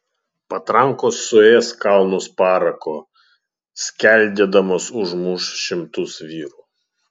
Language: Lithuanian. patrankos suės kalnus parako skeldėdamos užmuš šimtus vyrų